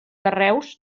carreus